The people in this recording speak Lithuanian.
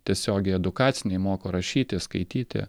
tiesiogiai edukaciniai moko rašyti skaityti